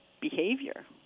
behavior